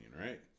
right